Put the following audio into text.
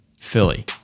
Philly